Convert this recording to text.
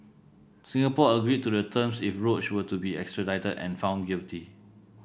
Singapore agreed to the terms if Roach were to be extradited and found guilty